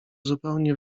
zupełnie